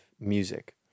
music